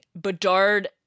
Bedard